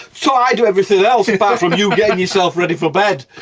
so i do everything else, apart from you getting yourself ready for bed.